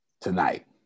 tonight